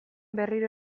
berriro